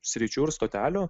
sričių ir stotelių